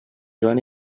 joan